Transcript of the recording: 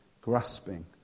grasping